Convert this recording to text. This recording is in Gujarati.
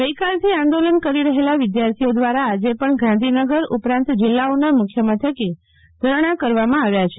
ગઇકાલથી આંદોલન કરી રહેલા વિદ્યાર્થીઓ દ્વારા આજે પણ ગાંધીનગર ઉપરાંત જિલ્લાઓના મુખ્યમથકે ધરણા કરવામાં આવ્યા છે